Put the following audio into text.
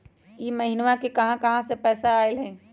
इह महिनमा मे कहा कहा से पैसा आईल ह?